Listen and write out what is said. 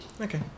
Okay